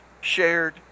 shared